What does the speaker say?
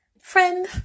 friend